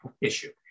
issue